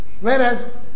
Whereas